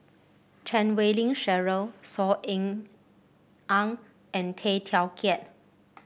Chan Wei Ling Cheryl Saw Ean Ang and Tay Teow Kiat